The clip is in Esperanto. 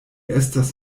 estas